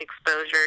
exposure